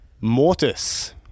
Mortis